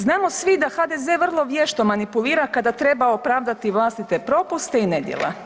Znamo svi da HDZ vrlo vješto manipulira kada treba opravdati vlastite propuste i nedjela.